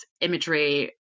imagery